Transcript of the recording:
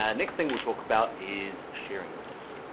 and next thing, we'll talk about is sharing your work.